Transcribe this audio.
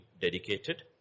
dedicated